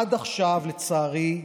עד עכשיו, לצערי,